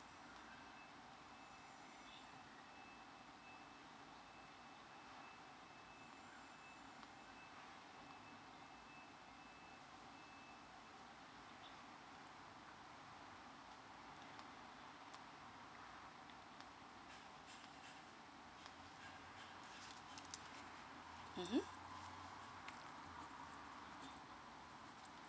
mm